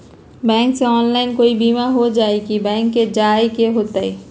Bank से online कोई बिमा हो जाई कि बैंक जाए के होई त?